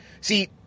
See